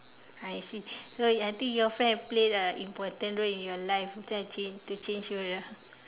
I see so I think your friend played a important role in your life to change you ya